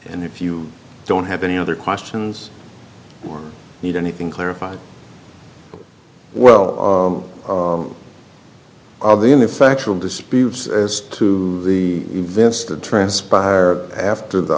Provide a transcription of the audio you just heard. and if you don't have any other questions or need anything clarified well are there any factual disputes as to the events that transpired after the